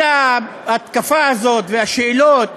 כל ההתקפה הזאת והשאלות,